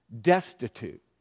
Destitute